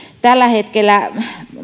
tällä hetkellä